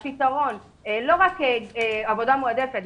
הפתרון לא רק עבודה מועדפת,